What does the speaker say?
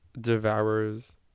devours